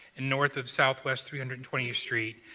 and north of southwest three hundred and twentieth street,